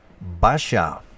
Basha